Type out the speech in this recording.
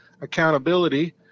accountability